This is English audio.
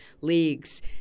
leagues